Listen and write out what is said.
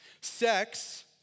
Sex